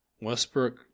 Westbrook